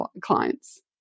clients